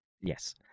yes